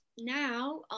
now